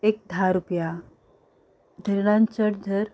एक धा रुपया चडान चड धर